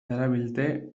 darabilte